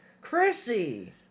Chrissy